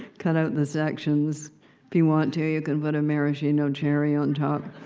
cut out the sections. if you want to, you can put a maraschino cherry on top.